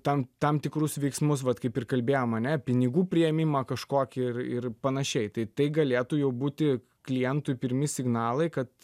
tam tam tikrus veiksmus vat kaip ir kalbėjom ane pinigų priėmimą kažkokį ir ir panašiai tai tai galėtų jau būti klientui pirmi signalai kad